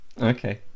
Okay